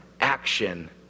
action